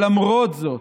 למרות זאת,